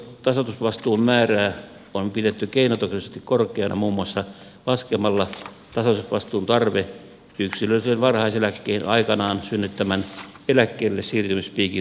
tasoitusvastuun määrää on pidetty keinotekoisesti kor keana muun muassa laskemalla tasoitusvastuun tarve yksilöllisen varhaiseläkkeen aikanaan synnyttämän eläkkeellesiirtymispiikin pohjalta